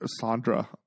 Sandra